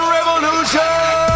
Revolution